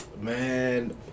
man